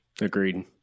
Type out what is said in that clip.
Agreed